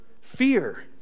fear